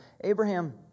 Abraham